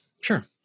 sure